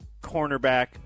cornerback